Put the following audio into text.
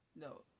No